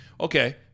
Okay